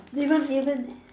even even